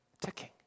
ticking